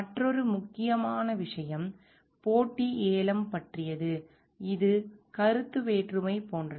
மற்றொரு முக்கியமான விஷயம் போட்டி ஏலம் பற்றியது இது கருத்து வேற்றுமை போன்றது